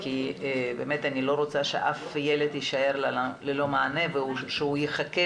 כי באמת אני לא רוצה שאף ילד יישאר ללא מענה ושהוא ימתין